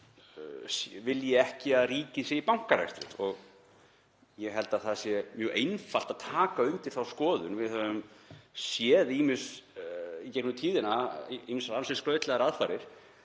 hann vill ekki að ríkið sé í bankarekstri og ég held að það sé mjög einfalt að taka undir þá skoðun. Við höfum séð í gegnum tíðina ýmsar ansi skrautlegar aðfarir